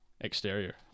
exterior